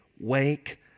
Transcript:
wake